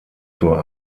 zur